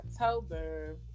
October